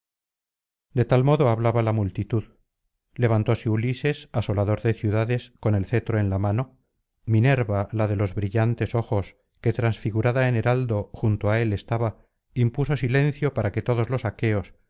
de tal modo hablaba la multitud levantóse ulises asolador de ciudades con el cetro en la mano minerva la de los brillantes ojos que transfigurada en heraldo junto á él estaba impuso silencio para que todos los aqueos